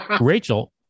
Rachel